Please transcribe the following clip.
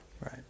right